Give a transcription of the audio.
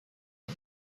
and